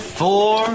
four